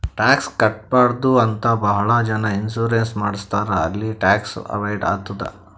tax ಕಟ್ಬಾರ್ದು ಅಂತೆ ಭಾಳ ಜನ ಇನ್ಸೂರೆನ್ಸ್ ಮಾಡುಸ್ತಾರ್ ಅಲ್ಲಿ ಟ್ಯಾಕ್ಸ್ ಅವೈಡ್ ಆತ್ತುದ್